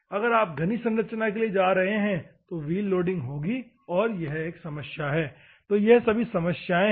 अगर आप घनी संरचना के लिए जा रहे हैं तो व्हील लोडिंग होगी और यह एक समस्या है तो यह सभी समस्याएं हैं